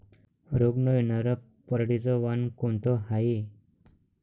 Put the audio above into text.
रोग न येनार पराटीचं वान कोनतं हाये?